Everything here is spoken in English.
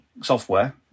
software